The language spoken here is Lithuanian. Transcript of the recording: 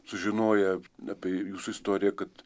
sužinoję apie jūsų istoriją kad